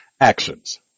Actions